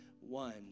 One